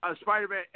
Spider-Man